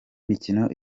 mikino